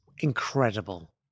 Incredible